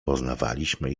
poznawaliśmy